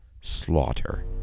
Slaughter